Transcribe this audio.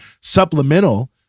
supplemental